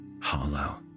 hollow